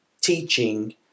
teaching